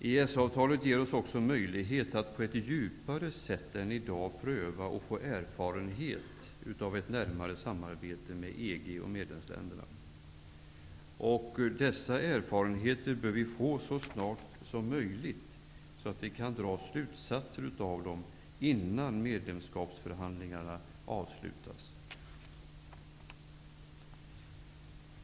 EES-avtalet ger oss också möjlighet att på ett djupare sätt än i dag pröva och få erfarenheter av ett närmare samarbete med EG och medlemsländerna. Dessa erfarenheter bör vi få så snart som möjligt, så att vi kan dra slutsatser av dem innan medlemskapsförhandlingarna avslutas.